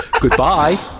Goodbye